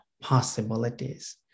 possibilities